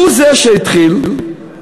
רגע, לפיד לא